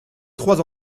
trois